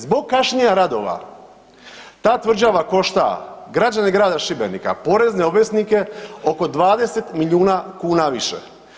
Zbog kašnjenja radova ta tvrđava košta građane grada Šibenika, porezne obveznike oko 20 milijuna kuna više.